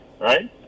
Right